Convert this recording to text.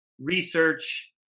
Research